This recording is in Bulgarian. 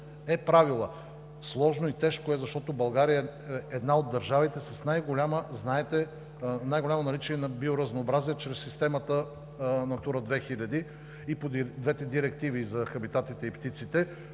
е правила. Сложно и тежко е, защото България е една от държавите, знаете, с най-голямо наличие на биоразнообразие чрез системата „Натура 2000“ и по двете директиви – за хабитатите и птиците,